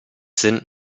sind